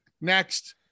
next